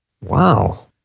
Wow